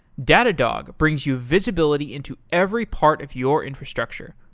datadog brings you visibility into every part of your infrastructure,